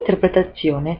interpretazione